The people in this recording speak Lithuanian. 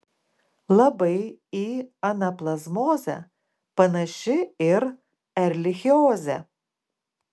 labai į anaplazmozę panaši ir erlichiozė